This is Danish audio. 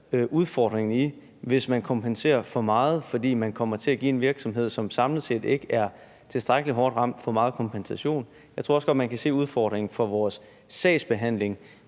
udfordringen i det, hvis man kompenserer for meget, for så kommer man til at give en virksomhed, som samlet set ikke er tilstrækkelig hårdt ramt, for meget kompensation. Jeg tror også godt, man kan se udfordringen for vores sagsbehandling